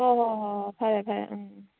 ꯍꯣꯏ ꯍꯣꯏ ꯍꯣꯏ ꯍꯣꯏ ꯐꯔꯦ ꯐꯔꯦ ꯎꯝ ꯎꯝ